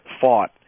fought